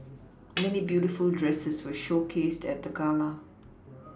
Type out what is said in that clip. many beautiful dresses were showcased at the gala